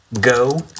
Go